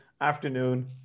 Afternoon